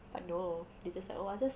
but no they just like oh I just